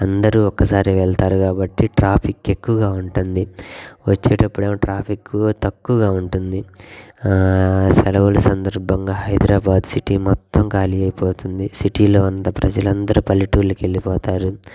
అందరూ ఒక్కసారి వెళ్తారు కాబట్టి ట్రాఫిక్ ఎక్కువగా ఉంటుంది వచ్చేటప్పుడు ఏమో ట్రాఫిక్ తక్కువగా ఉంటుంది సెలవుల సందర్భంగా హైదరాబాదు సిటీ మొత్తం ఖాళీ అయిపోతుంది సిటీలో అంతా ప్రజలందరూ పల్లెటూళ్ళకి వేళ్ళిపోతారు